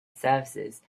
services